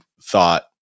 thought